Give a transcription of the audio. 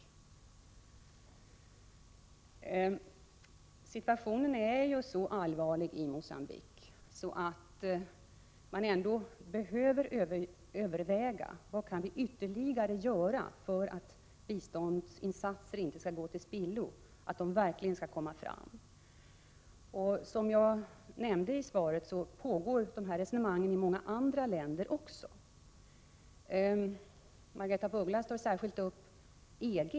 Eftersom situationen är så allvarlig i Mogambique behöver vi överväga vad vi ytterligare kan göra för att förvissa oss om att biståndsinsatser verkligen kommer fram och inte går till spillo. Som jag nämnde i svaret pågår sådana resonemang även i många andra länder. Margaretha af Ugglas tar särskilt upp EG.